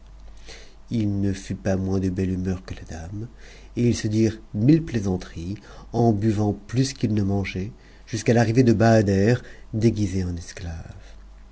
il ne fut pas moins de belle humeur que i dame et ils se dirent mille plaisanteries en buvant plus qu'ils ne mau geaient jusqu'à l'arrivée de bahader déguisé en esclave